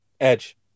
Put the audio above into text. Edge